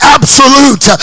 Absolute